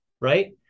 right